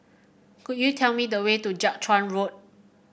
could you tell me the way to Jiak Chuan Road